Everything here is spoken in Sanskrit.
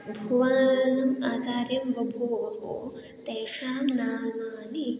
भुवनम् आचार्यं बभूवुः तेषां नामानि